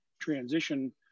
transition